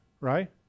Right